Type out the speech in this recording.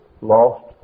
lost